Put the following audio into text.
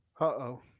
Uh-oh